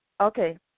Okay